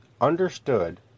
understood